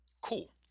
Cool